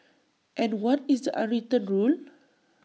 and what is A unwritten rule